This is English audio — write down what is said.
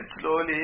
slowly